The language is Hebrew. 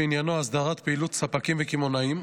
שעניינו הסדרת פעילות ספקים וקמעונאים,